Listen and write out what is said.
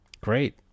Great